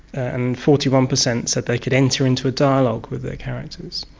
and forty one percent said they could enter into a dialogue with their characters.